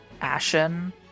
Ashen